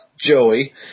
Joey